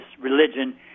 religion